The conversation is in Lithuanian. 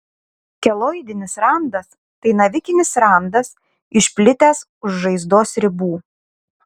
keloidinis randas tai navikinis randas išplitęs už žaizdos ribų